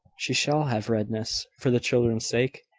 she shall have redress. for the children's sake,